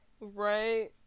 right